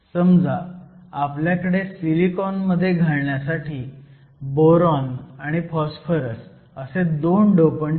समजा आपल्याकडे सिलिकॉनमध्ये घालण्यासाठी बोरॉन आणि फॉस्फरस असे 2 डोपंट आहेत